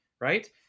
Right